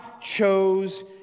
chose